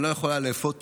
אני לא יכולה לאפות עוגה,